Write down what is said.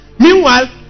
Meanwhile